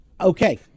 Okay